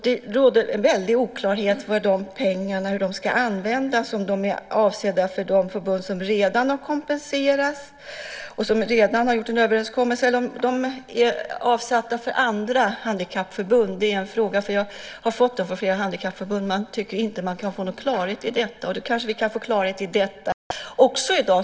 Det råder väldig oklarhet om hur pengarna ska användas, om de är avsedda för de förbund som redan har kompenserats, och som redan har träffat en överenskommelse, eller om de är avsatta för andra handikappförbund. Det är en fråga som jag har fått från flera handikappförbund. De tycker inte att de kan få någon klarhet i detta. Då kanske vi kan få klarhet också i detta i dag.